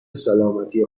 سلامتی